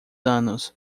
anos